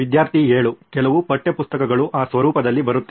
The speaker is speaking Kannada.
ವಿದ್ಯಾರ್ಥಿ 7 ಕೆಲವು ಪಠ್ಯಪುಸ್ತಕಗಳು ಆ ಸ್ವರೂಪದಲ್ಲಿ ಬರುತ್ತವೆ